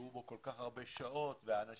הושקעו בו כל כך הרבה שעות ואנשים,